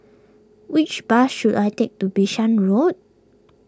which bus should I take to Bishan Road